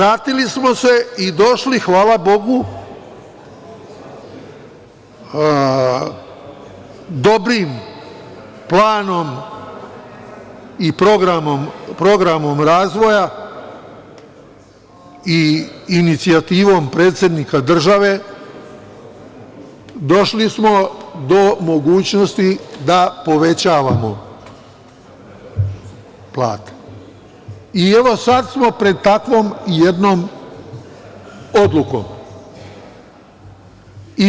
Vratili smo se i došli, hvala Bogu, dobrim planom i programom razvoja i inicijativom predsednika države, došli smo do mogućnosti da povećavamo plate i evo sada smo pred takvom jednom odlukom.